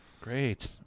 Great